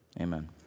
Amen